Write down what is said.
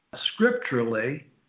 scripturally